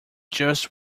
just